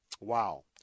wow